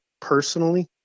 personally